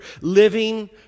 living